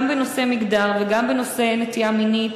גם בנושא מגדר וגם בנושא נטייה מינית.